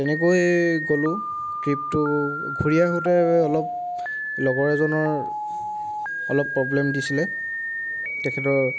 তেনেকৈ গ'লোঁ ট্ৰিপটো ঘূৰি আহোঁতে অলপ লগৰ এজনৰ অলপ প্ৰব্লেম দিছিলে তেখেতৰ